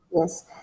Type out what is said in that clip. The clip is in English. yes